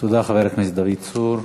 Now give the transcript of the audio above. תודה, חבר הכנסת דוד צור.